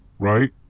Right